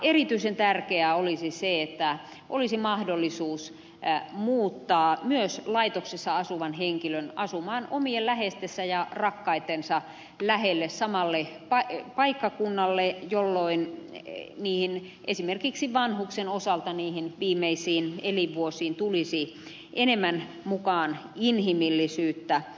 erityisen tärkeää olisi se että myös laitoksessa asuvalla henkilöllä olisi mahdollisuus muuttaa asumaan omien läheistensä ja rakkaittensa lähelle samalla paikkakunnalle jolloin esimerkiksi vanhusten osalta niihin viimeisiin elinvuosiin tulisi enemmän mukaan inhimillisyyttä